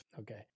okay